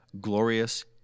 glorious